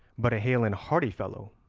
but a hale and hearty fellow,